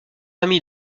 ami